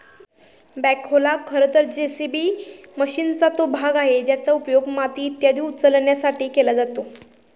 बॅखोला खरं तर जे.सी.बी मशीनचा तो भाग आहे ज्याचा उपयोग माती इत्यादी उचलण्यासाठी केला जातो